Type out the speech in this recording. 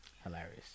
Hilarious